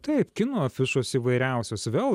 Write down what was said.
taip kino afišos įvairiausios vėl